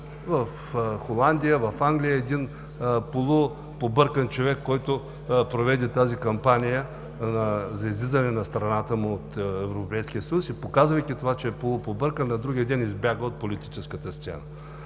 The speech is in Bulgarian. в Холандия, в Англия. Един полупобъркан човек, който проведе тази кампания за излизане на страната му от Европейския съюз, и показвайки това, че е полупобъркан, на другия ден избяга от политическата сцена.